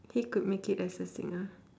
he could make it as a singer